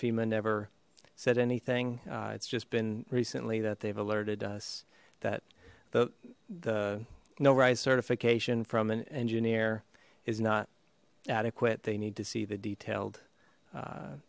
fema never said anything it's just been recently that they've alerted us that the no rise certification from an engineer is not adequate they need to see the detailed